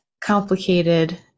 complicated